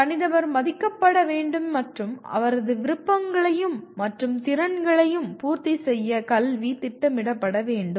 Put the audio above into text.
தனிநபர் மதிக்கப்பட வேண்டும் மற்றும் அவரது விருப்பங்களையும் மற்றும் திறன்களையும் பூர்த்தி செய்ய கல்வி திட்டமிடப்பட வேண்டும்